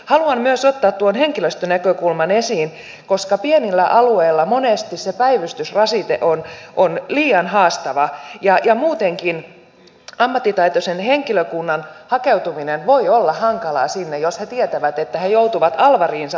haluan myös ottaa tuon henkilöstönäkökulman esiin koska pienillä alueilla monesti se päivystysrasite on liian haastava ja muutenkin ammattitaitoisen henkilökunnan hakeutuminen sinne voi olla hankalaa jos he tietävät että he joutuvat alvariinsa päivystämään